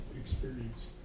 experience